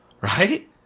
right